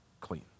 clean